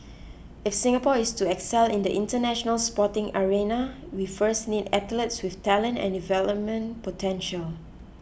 if Singapore is to excel in the International Sporting arena we first need athletes with talent and development potential